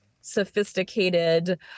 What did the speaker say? sophisticated